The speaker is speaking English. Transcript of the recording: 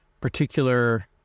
particular